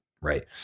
right